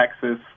Texas